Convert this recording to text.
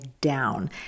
down